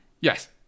yes